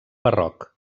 barroc